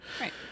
Right